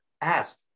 Ask